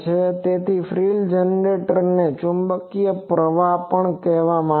તેથી ફ્રિલ જનરેટરને ચુંબકીય પ્રવાહ પણ કહેવામાં આવે છે